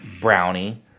Brownie